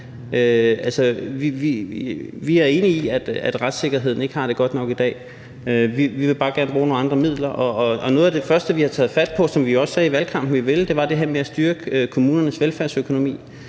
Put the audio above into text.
Vi er enige i, at retssikkerheden ikke har det godt nok i dag. Vi vil bare gerne bruge nogle andre midler. Og noget af det første, vi har taget fat på, som vi også sagde i valgkampen vi ville, var det her med at styrke kommunernes velfærdsøkonomi.